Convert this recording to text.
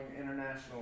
International